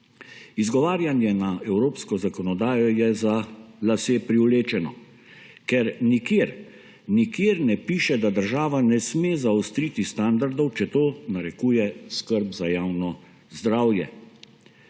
Izgovarjanje na evropsko zakonodajo je za lase privlečeno, ker nikjer, nikjer ne piše, da država ne sme zaostriti standardov, če to narekuje skrb za javno zdravje.